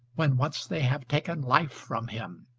when once they have taken life from him.